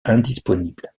indisponible